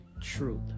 truth